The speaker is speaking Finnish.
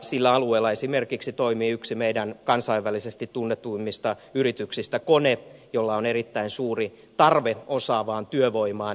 sillä alueella esimerkiksi toimii yksi meidän kansainvälisesti tunnetuimmista yrityksistämme kone jolla on erittäin suuri tarve osaavaan työvoimaan